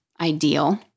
ideal